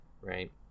right